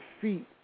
feet